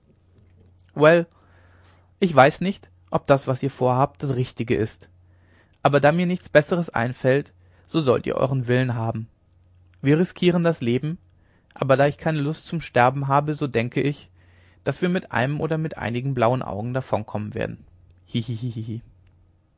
ich weiß nicht ob das was ihr vorhabt das richtige ist aber da mir nichts besseres einfällt so sollt ihr euren willen haben wir riskieren das leben aber da ich keine lust zum sterben habe so denke ich daß wir mit einem oder mit einigen blauen augen davonkommen werden